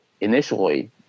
initially